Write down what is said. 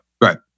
Right